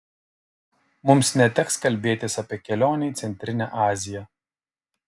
mums neteks kalbėtis apie kelionę į centrinę aziją